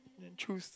choose